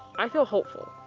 i feel hopeful.